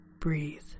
breathe